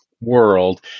world